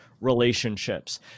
relationships